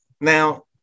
Now